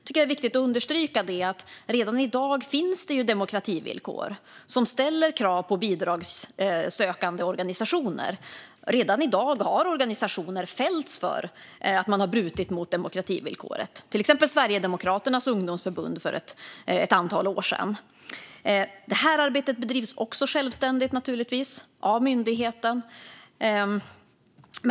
Det är viktigt att understryka att det redan i dag finns demokrativillkor som ställer krav på bidragssökande organisationer. Redan i dag har organisationer fällts för att de har brutit mot demokrativillkoret. Det gäller till exempel Sverigedemokraternas ungdomsförbund för ett antal år sedan. Det arbetet bedrivs också självständigt av myndigheten.